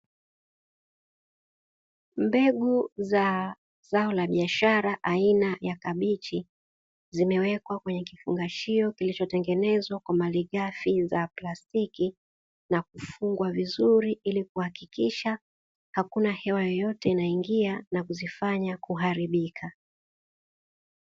Mbegu za zao la biashara aina ya kabichi, zimewekwa kwenye kifungashio kilichotengenezwa kwa malighafi za plastiki, na kufungwa vizuri ili kuhakikisha hakuna hewa yoyote inaingia na kuzifanya kuharibika.